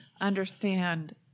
understand